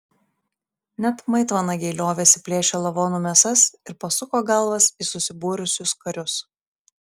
net maitvanagiai liovėsi plėšę lavonų mėsas ir pasuko galvas į susibūrusius karius